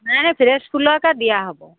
ନାଇଁ ଫ୍ରେସ୍ ଫୁଲ ଏକା ଦିଆ ହବ